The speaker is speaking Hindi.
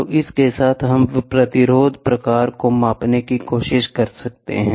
तो इसके साथ हम प्रतिरोध प्रकार को मापने की कोशिश कर सकते हैं